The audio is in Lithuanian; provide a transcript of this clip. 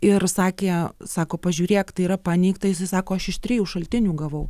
ir sakė sako pažiūrėk tai yra paneigta jisai sako aš iš trijų šaltinių gavau